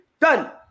done